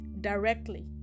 directly